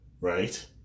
right